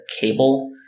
cable